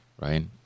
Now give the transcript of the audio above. right